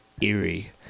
eerie